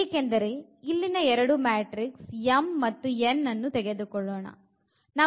ಏಕೆಂದರೆ ಇಲ್ಲಿನ ಎರಡು ಮ್ಯಾಟ್ರಿಕ್ಸ್ m ಮತ್ತು n ಅನ್ನು ತೆಗೆದುಕೊಳ್ಳೋಣ